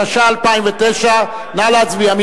התש"ע 2009. נא להצביע.